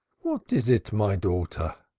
what is it, my daughter?